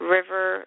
River